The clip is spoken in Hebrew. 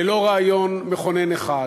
ללא רעיון מכונן אחד.